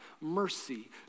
mercy